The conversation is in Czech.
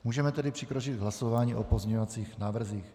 Můžeme tedy přikročit k hlasování o pozměňovacích návrzích.